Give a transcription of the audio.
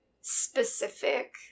specific